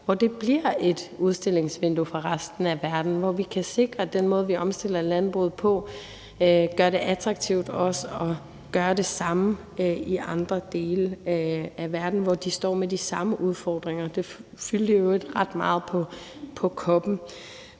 det bliver et udstillingsvindue for resten af verden, og hvor vi kan sikre, at den måde, vi omstiller landbruget på, gør det attraktivt at gøre det samme i andre dele af verden, hvor de står med de samme udfordringer. Det fyldte i øvrigt ret meget på COP28.